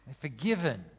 forgiven